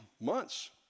months